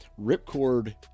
Ripcord